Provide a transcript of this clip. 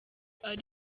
ari